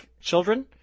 children